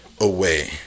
away